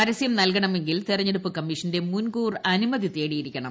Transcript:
പരസ്യം നൽകണമെങ്കിൽ തെരഞ്ഞെടുപ്പ് കമ്മീഷന്റെ മുൻകൂർ അനുമതി തേടിയിരിക്കണം